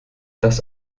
das